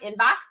inbox